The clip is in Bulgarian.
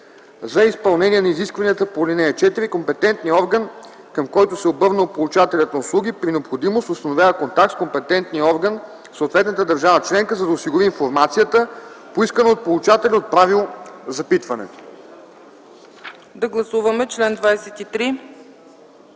За изпълнение на изискванията на ал. 4 компетентният орган, към който се е обърнал получателят на услуги, при необходимост установява контакт с компетентния орган в съответната държава членка, за да осигури информацията, поискана от получателя, отправил запитването.” ПРЕДСЕДАТЕЛ